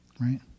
right